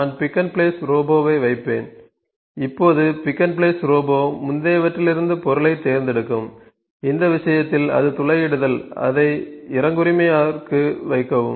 நான் pick and place ரோபோவை வைப்பேன் இப்போது பிக் அண்ட் பிளேஸ் ரோபோ முந்தையவற்றிலிருந்து பொருளைத் தேர்ந்தெடுக்கும் இந்த விஷயத்தில் அது துளையிடுதல் அதை இறங்குரிமையர்க்கு வைக்கவும்